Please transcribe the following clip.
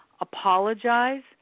apologize